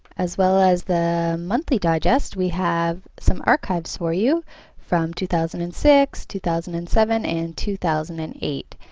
as well as the monthly digest we have some archives for you from two thousand and six, two thousand and seven, and two thousand and eight.